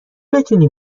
بتونی